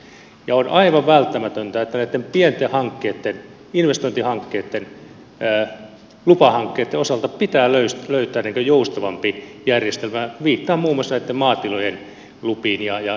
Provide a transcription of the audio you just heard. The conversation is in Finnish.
on aivan välttämätöntä että näitten pienten investointihankkeitten lupahankkeitten osalta pitää löytää joustavampi järjestelmä viittaan muun muassa maatilojen lupiin ja investointeihin